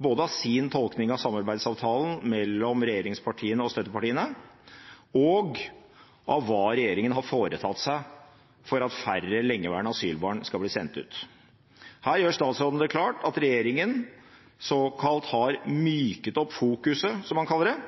både av sin tolkning av samarbeidsavtalen mellom regjeringspartiene og støttepartiene og av hva regjeringen har foretatt seg for at færre lengeværende asylbarn skal bli sendt ut. Her gjør statsråden det klart at regjeringen har «myket opp fokuset», som man kaller det,